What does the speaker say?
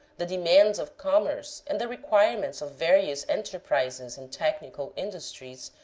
the demands of commerce and the requirements of various enter prises and technical industries,